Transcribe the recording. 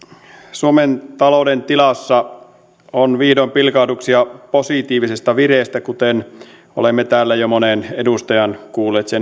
suomen talouden tilassa on vihdoin pilkahduksia positiivisesta vireestä kuten olemme täällä jo monen edustajan kuulleet sen